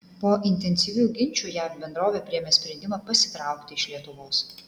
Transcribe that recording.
po intensyvių ginčų jav bendrovė priėmė sprendimą pasitraukti iš lietuvos